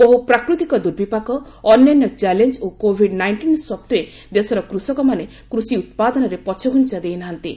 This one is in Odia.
ବହୁ ପ୍ରାକୃତିକ ଦୁର୍ବିପାକ ଅନ୍ୟାନ୍ୟ ଚ୍ୟାଲେଞ୍ଜ ଓ କୋବିଡ୍ ନାଇଷ୍ଟିନ୍ ସଡ୍ଡେ ଦେଶର କୃଷକମାନେ କୃଷି ଉତ୍ପାଦନରେ ପଛଘୁଞ୍ଚା ଦେଇନାହାନ୍ତି